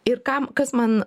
ir kam kas man